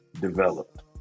developed